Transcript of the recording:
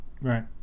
Right